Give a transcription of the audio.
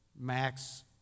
Max